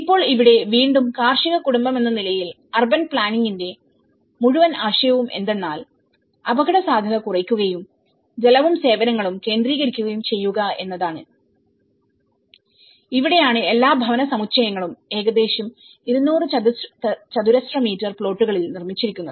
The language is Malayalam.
ഇപ്പോൾ ഇവിടെ വീണ്ടും കാർഷിക കുടുംബമെന്ന നിലയിൽഅർബൻ പ്ലാനിങ്ന്റെമുഴുവൻ ആശയവും എന്തെന്നാൽ അപകടസാധ്യത കുറയ്ക്കുകയും ജലവും സേവനങ്ങളും കേന്ദ്രീകരിക്കുകയും ചെയ്യുക എന്നതാണ് ഇവിടെയാണ് എല്ലാ ഭവന സമുച്ചയങ്ങളും ഏകദേശം 200 ചതുരശ്ര മീറ്റർ പ്ലോട്ടുകളിൽ നിർമ്മിച്ചിരിക്കുന്നത്